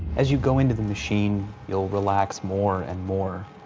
as you go into the machine, you'll relax more and more.